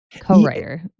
co-writer